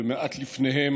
ומעט לפניהם,